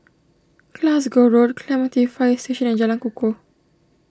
Glasgow Road Clementi Fire Station and Jalan Kukoh